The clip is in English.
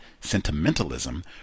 sentimentalism